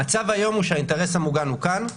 המצב היום הוא שהאינטרס המוגן הוא כאן,